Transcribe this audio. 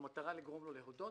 במטרה לגרום לו להודות.